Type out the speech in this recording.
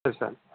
okay sir